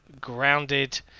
Grounded